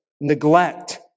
neglect